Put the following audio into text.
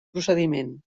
procediment